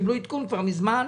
שקיבלו עדכון כבר מזמן.